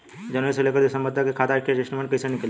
जनवरी से लेकर दिसंबर तक के खाता के स्टेटमेंट कइसे निकलि?